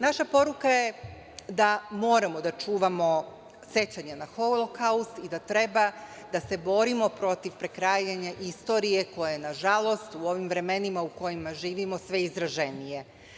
Naša poruka je da moramo da čuvamo sećanje na Holokaust i da treba da se borimo protiv prekrajanja istorije koja je nažalost u ovim vremenima u kojima živimo sve izraženija.